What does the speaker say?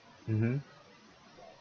mmhmm